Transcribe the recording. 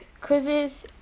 quizzes